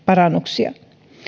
parannuksia